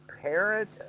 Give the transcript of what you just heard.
parent